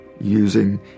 using